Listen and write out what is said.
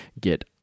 get